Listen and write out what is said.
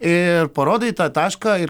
ir parodai tą tašką ir